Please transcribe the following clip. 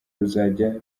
ruzajya